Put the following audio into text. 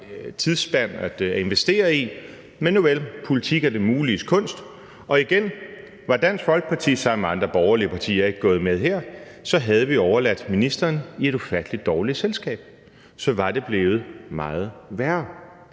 tidsspand at investere i. Men nuvel, politik er det muliges kunst, og igen: Var Dansk Folkeparti sammen med andre borgerlige partier ikke gået med her, havde vi overladt ministeren i et ufattelig dårligt selskab, og så var det blevet meget værre.